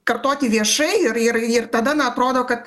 kartoti viešai ir ir ir tada na atrodo kad